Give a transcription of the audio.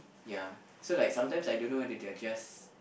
ya so like sometimes I don't know whether they are just